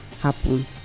happen